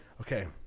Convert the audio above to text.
Okay